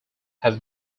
have